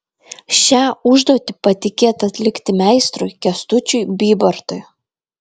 šią užduotį patikėta atlikti meistrui kęstučiui bybartui